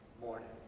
morning